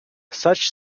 such